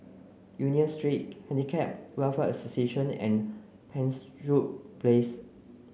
Union Street Handicap Welfare Association and Penshurst Place